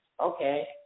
Okay